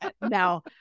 now